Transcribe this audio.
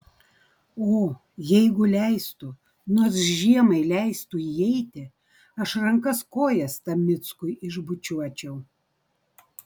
o jeigu leistų nors žiemai leistų įeiti aš rankas kojas tam mickui išbučiuočiau